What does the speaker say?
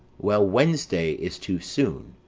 well, wednesday is too soon.